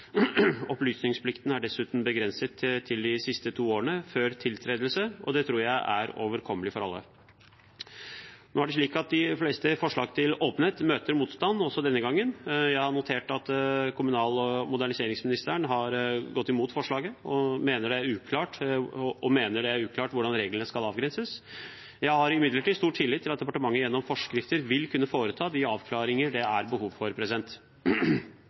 Opplysningsplikten er dessuten begrenset til de siste to årene før tiltredelse, og det tror jeg er overkommelig for alle. Nå er det slik at de fleste forslag om åpenhet møter motstand, så også denne gangen. Jeg har notert at kommunal- og moderniseringsministeren har gått imot forslaget og mener det er uklart hvordan reglene skal avgrenses. Jeg har imidlertid stor tillit til at departementet gjennom forskrifter vil kunne foreta de avklaringene det er behov for.